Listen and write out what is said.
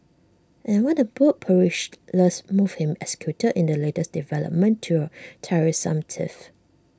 and what A bold perilous move him executed in the latest development to A tiresome tiff